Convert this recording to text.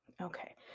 Okay